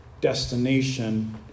destination